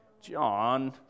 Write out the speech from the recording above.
John